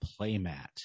playmat